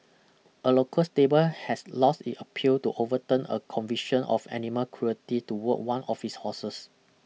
a local stable has lost it appeal to overturn a conviction of animal cruelty towards one of its horses